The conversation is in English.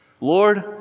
Lord